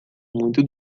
muito